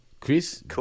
Chris